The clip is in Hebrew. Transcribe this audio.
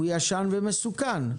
הוא ישן ומסוכן.